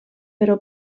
però